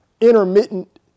intermittent